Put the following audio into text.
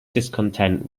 discontent